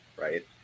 right